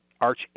Arch